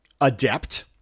adept